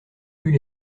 plus